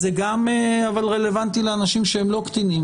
אבל זה גם רלוונטי לאנשים שהם לא קטינים,